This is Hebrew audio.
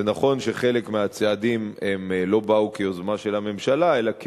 זה נכון שחלק מהצעדים לא באו כיוזמה של הממשלה אלא כתגובה,